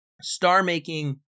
Star-making